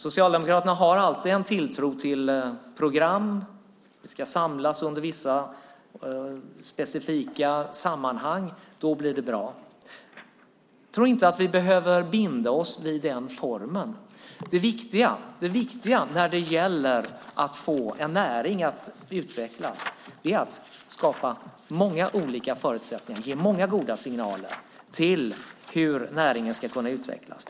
Socialdemokraterna har alltid en tilltro till program. Vi ska samlas i vissa specifika sammanhang. Då blir det bra. Jag tror inte att vi behöver binda oss vid den formen. Det viktiga för att få en näring att utvecklas är att skapa många olika förutsättningar och ge många goda signaler till hur näringen ska kunna utvecklas.